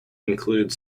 include